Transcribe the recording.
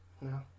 No